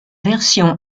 version